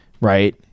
right